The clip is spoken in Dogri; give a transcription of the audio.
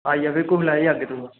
आई घुम्मी लैओ अज्ज तो